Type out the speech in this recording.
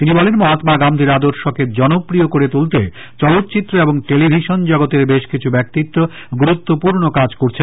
তিনি বলেন মহাম্মা গান্ধীর আদর্শকে জনপ্রিয় করে তুলতে চলষ্চিত্র এবং টেলিভিশন জগতের বেশ কিছু ব্যক্তিত্ব গুরুত্বপূর্ণ কাজ করছেন